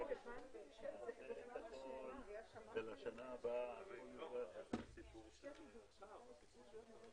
לקבל רשות דיבור סיעתית במליאה.